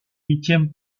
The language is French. huitième